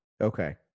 Okay